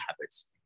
habits